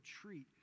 treat